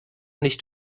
nicht